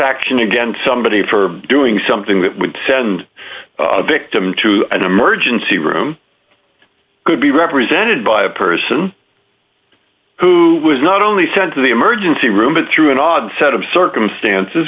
action against somebody for doing something that would send victim to an emergency room could be represented by a person who was not only sent to the emergency room but through an odd set of circumstances